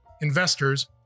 investors